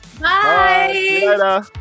Bye